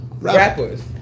Rappers